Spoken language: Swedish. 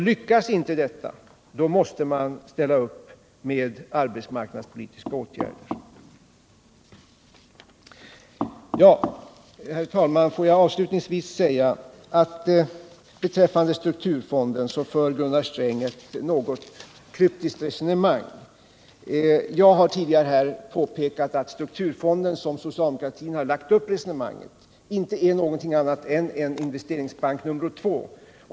Lyckas inte detta, då måste vi ställa upp med arbetsmarknadspolitiska åtgärder. Herr talman! Får jag avslutningsvis säga att Gunnar Sträng beträffande strukturfonden för ett något kufiskt resonemang. Jag har här tidigare påpekat att strukturfonden, såsom socialdemokratin har lagt upp resonemanget, inte skulle vara någonting annat än en investeringsbank nr 2.